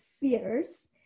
fears